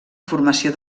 formació